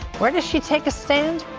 where does she take a stand?